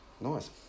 Nice